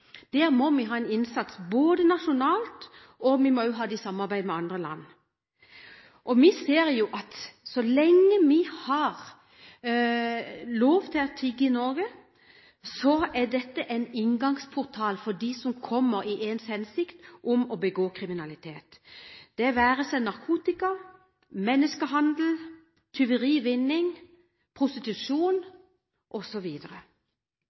Der må vi ha en innsats både nasjonalt og i samarbeid med andre land. Vi ser at så lenge det er lovlig å tigge i Norge, er dette en inngangsportal for dem som kommer i ens ærend for å begå kriminalitet – det være seg narkotikahandel, menneskehandel, tyveri/vinningskriminalitet, prostitusjon osv. Norge fører i dag en